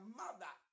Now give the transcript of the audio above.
mother